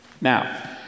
Now